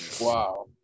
Wow